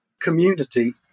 community